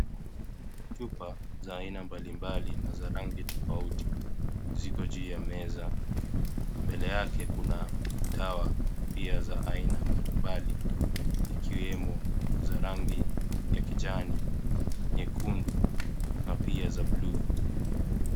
Chupa za aina mbalimbali na za rangi tofauti ziko juu ya meza. Mbele yake kuna pia dawa za aina mbalimbali. Ikiwemo za rangi ya kijani, nyekundu na pia za buluu.